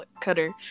cutter